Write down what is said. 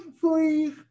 please